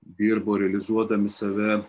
dirbo realizuodami save